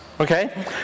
Okay